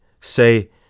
Say